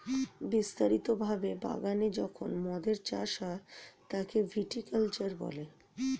বিস্তারিত ভাবে বাগানে যখন মদের চাষ হয় তাকে ভিটি কালচার বলে